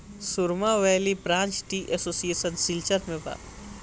सुरमा valley branch tea association Silchar में बा